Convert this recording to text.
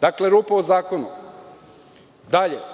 Dakle, rupa u zakonu. Ispravno